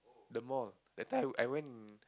the mall that time I went